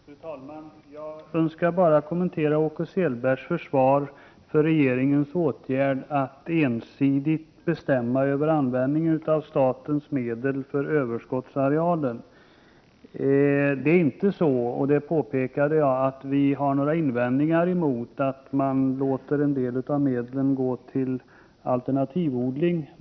Fru talman! Jag önskar bara kommentera Åke Selbergs försvar för regeringens åtgärd att ensidigt bestämma över användningen av statens medel för överskottsarealer. Vi har, som jag påpekade, inte några invändningar mot att man låter en del av medlen gå till alternativodling.